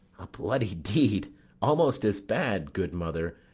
a bloody deed almost as bad, good mother,